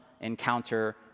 encounter